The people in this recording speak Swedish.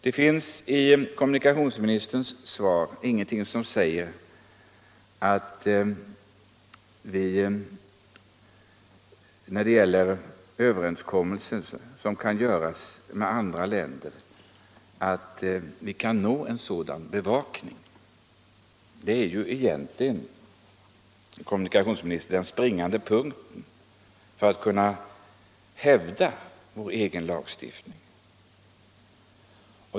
Det finns i kommunikationsministerns svar ingenting som säger att vi när det gäller överenskommelser med andra länder kan nå en sådan bevakning. Det är ju egentligen, herr kommunikationsminister, den springande punkten för att kunna hävda vår egen lagstiftning.